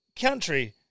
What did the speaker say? country